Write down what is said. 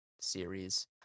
series